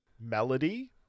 melody